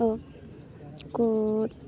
ᱠᱚ ᱠᱩᱫ